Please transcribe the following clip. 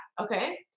okay